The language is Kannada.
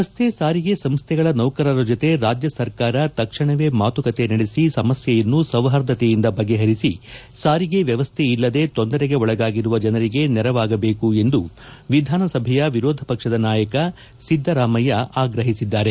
ರಕ್ತೆ ಸಾರಿಗೆ ಸಂಸ್ಥೆಗಳ ನೌಕರರ ಜೊತೆ ರಾಜ್ಯ ಸರ್ಕಾರ ತಕ್ಷಣವೇ ಮಾತುಕತೆ ನಡೆಸಿ ಸಮಸ್ಕೆಯನ್ನು ಸೌಹಾರ್ದತೆಯಿಂದ ಬಗೆಪಂಸಿ ಸಾರಿಗೆ ವ್ಕವಸ್ಥೆಯಲ್ಲದೆ ತೊಂದರೆಗೆ ಒಳಗಾಗಿರುವ ಜನರಿಗೆ ನೆರವಾಗಬೇಕು ಎಂದು ವಿಧಾನಸಭೆಯ ವಿರೋಧ ಪಕ್ಷದ ನಾಯಕ ಸಿದ್ದರಾಮಯ್ತ ಆಗ್ರಹಿಸಿದ್ದಾರೆ